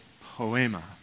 Poema